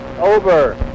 over